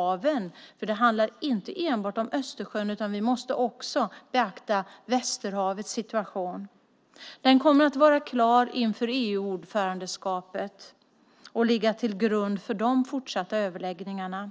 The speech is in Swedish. haven. Det handlar inte enbart om Östersjön, utan vi måste också beakta situationen i Västerhavet. Den kommer att vara klar inför EU-ordförandeskapet och ligga till grund för de fortsatta överläggningarna.